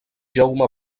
jaume